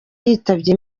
yitabye